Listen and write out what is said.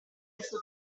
questo